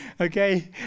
Okay